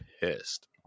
pissed